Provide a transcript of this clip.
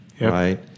right